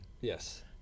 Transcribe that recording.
Yes